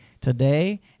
today